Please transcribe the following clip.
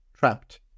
Trapped